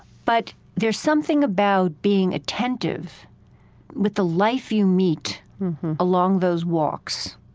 but there's something about being attentive with the life you meet along those walks